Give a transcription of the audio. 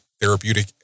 therapeutic